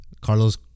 Carlos